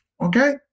Okay